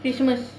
christmas